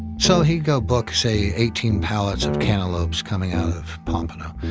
so he'd go book, say eighteen pallets of cantaloupes coming out of pompano,